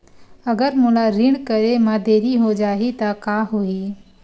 अगर मोला ऋण करे म देरी हो जाहि त का होही?